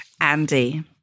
Andy